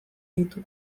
ditu